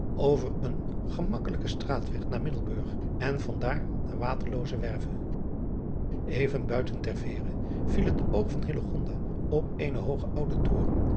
over een en gemakkelijken straatweg naar iddelburg en van daar naar aterloozewerve ven buiten ter eere viel het oog van op eenen hoogen ouden toren